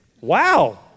Wow